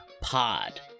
Pod